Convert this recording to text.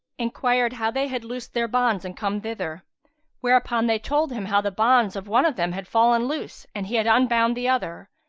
enquired how they had loosed their bonds and come thither whereupon they told him how the bonds of one of them had fallen loose and he had unbound the other,